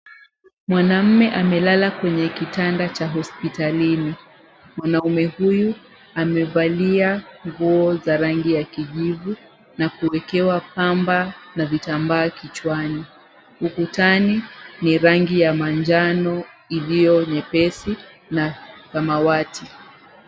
Mwanaume amelala kwenye kitanda cha hospitalini. Mwanaume huyu amevalia nguo za rangi ya kijivu, na kuwekewa pamba na vitambaa kichwani. Ukutani ni rangi ya manjano iliyo nyepesi na samawati.